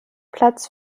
platz